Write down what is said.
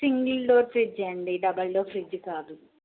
single door fridge అండి double door fridge కాదు